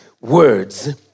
words